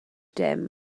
dim